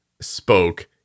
spoke